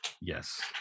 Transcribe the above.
Yes